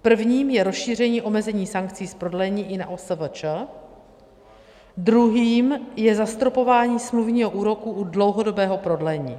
Prvním je rozšíření omezení sankcí z prodlení i na OSVČ, druhým je zastropování smluvního úroku u dlouhodobého prodlení.